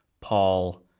Paul